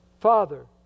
Father